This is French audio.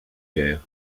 guerre